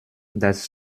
das